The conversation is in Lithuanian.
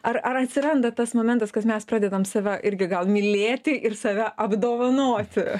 ar ar atsiranda tas momentas kad mes pradedam save irgi gal mylėti ir save apdovanoti